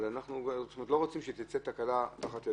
אנחנו לא רוצים שתצא תקלה תחת ידינו,